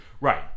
Right